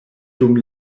dum